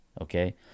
okay